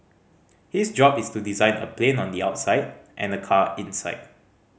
his job is to design a plane on the outside and a car inside